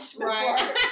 right